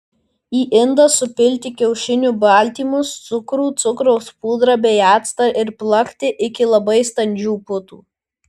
į indą supilti kiaušinių baltymus cukrų cukraus pudrą bei actą ir plakti iki labai standžių putų